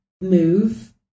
Move